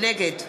נגד